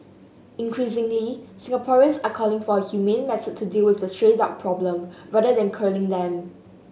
increasingly Singaporeans are calling for a humane method to deal with the stray dog problem rather than culling them